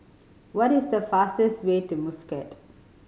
what is the fastest way to Muscat